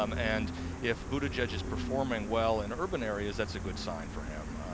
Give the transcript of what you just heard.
um and if buttigieg's performing well in urban areas that's a good sign for him.